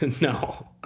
No